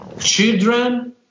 children